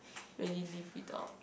really live without